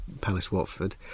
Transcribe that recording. Palace-Watford